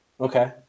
Okay